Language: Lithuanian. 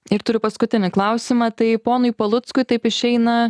ir turiu paskutinį klausimą tai ponui paluckui taip išeina